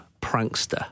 prankster